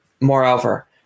Moreover